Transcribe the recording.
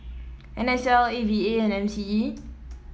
N S L A V A and M C E